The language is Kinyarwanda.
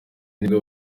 nibwo